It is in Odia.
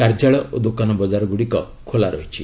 କାର୍ଯ୍ୟାଳୟ ଓ ଦୋକାନବଜାର ଗୁଡ଼ିକ ଖୋଲା ରହିଛି